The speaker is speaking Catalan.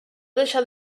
deixar